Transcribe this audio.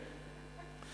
כן.